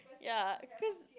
ya cause